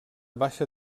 baixa